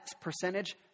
percentage